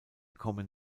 kommen